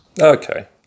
Okay